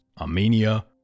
Armenia